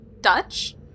Dutch